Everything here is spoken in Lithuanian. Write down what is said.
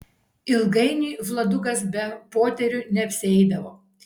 ilgainiui vladukas be poterių neapsieidavo